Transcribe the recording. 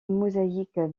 mosaïques